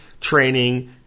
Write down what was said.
training